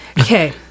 Okay